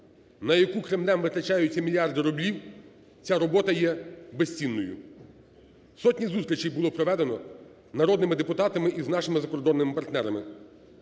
на яку Кремлем витрачаються мільярди рублів, ця робота є безцінною. Сотні зустрічей було проведено народними депутатами із нашими закордонними партнерами.